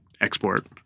export